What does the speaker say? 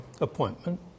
appointment